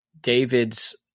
David's